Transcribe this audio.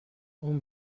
اون